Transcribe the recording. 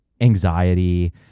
anxiety